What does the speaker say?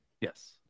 Yes